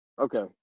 Okay